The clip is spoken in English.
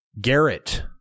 Garrett